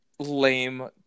Lame